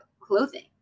clothing